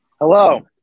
Hello